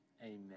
Amen